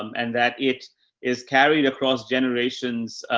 um and that it is carried across generations,